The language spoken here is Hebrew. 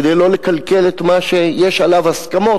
כדי שלא לקלקל את מה שיש עליו הסכמות.